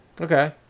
Okay